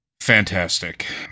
Fantastic